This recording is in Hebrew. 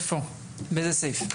באיזה סעיף?